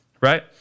right